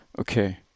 Okay